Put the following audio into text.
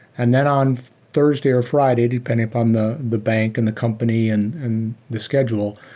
and then on thursday or friday, depending upon the the bank and the company and and the schedule,